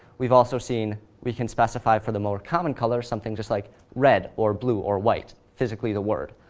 we've also seen we can specify for the more common colors something just like red or blue or white, physically the word.